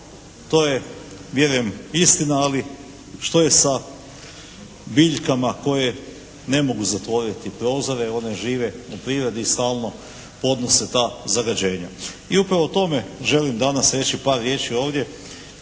To je vjerujem istina. Ali što je sa biljkama koje ne mogu zatvoriti prozore, one žive u prirodi i stalno podnose ta zagađenja. I upravo o tome želim danas reći par riječi ovdje,